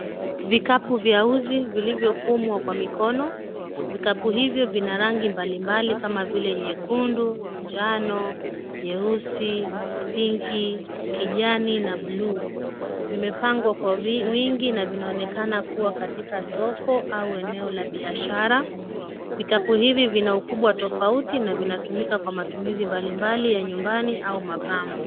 Vikapu vya uzi vilivyofumwa kwa mikono. Vikapu hivyo vina rangi mbalimbali kama vile nyekundu, njano, nyeusi, pink , kijani na [cs[ blue . Vimepangwa kwa vi, wingi na vinaonekana kuwa katika soko au eneo la biashara. Vikapu hivi vina ukubwa tofauti, na vinatumika kwa matumizi mbalimbali ya nyumbani au mapambo.